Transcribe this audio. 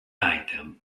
item